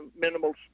minimal